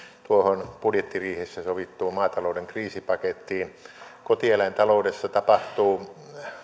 tuohon budjettiriihessä sovittuun maatalouden kriisipakettiin kotieläintaloudessa tapahtuu